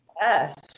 Yes